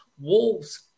Wolves